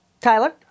Tyler